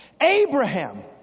Abraham